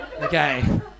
Okay